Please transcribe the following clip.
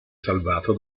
salvato